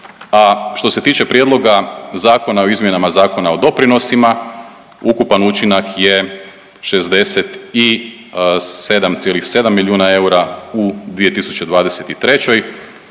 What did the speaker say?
što se tiče Prijedloga Zakona o izmjenama Zakona o doprinosima ukupan učinak je 67,7 milijuna eura u 2023.